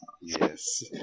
Yes